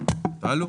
עלי.